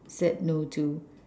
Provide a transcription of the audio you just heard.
said no to